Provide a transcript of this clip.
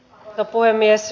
arvoisa puhemies